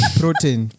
protein